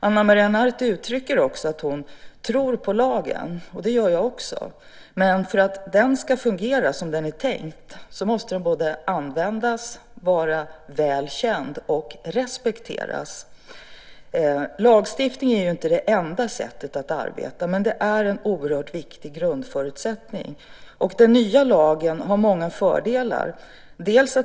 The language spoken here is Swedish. Ana Maria Narti säger att hon tror på lagen, och det gör jag också. För att den ska fungera som den är tänkt måste den dock användas, vara väl känd och respekteras. Lagstiftning är inte det enda sättet att arbeta på, men den är en oerhört viktig grundförutsättning. Den nya lagen har också många fördelar.